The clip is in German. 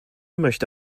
möchte